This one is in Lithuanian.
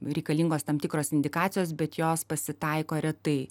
reikalingos tam tikros indikacijos bet jos pasitaiko retai